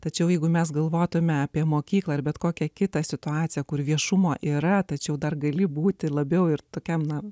tačiau jeigu mes galvotume apie mokyklą ar bet kokią kitą situaciją kur viešumo yra tačiau dar gali būti labiau ir tokiam namui